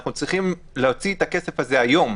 אנחנו צריכים להוציא את הכסף הזה היום,